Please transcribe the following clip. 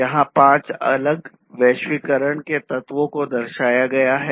वहाँ पाँच अलग वैश्वीकरण के तत्वों को दर्शाया गया है